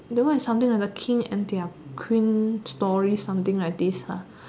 that one is something like the king and their queen story something like this ha